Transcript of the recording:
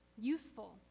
useful